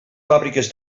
fàbriques